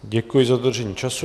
Děkuji za dodržení času.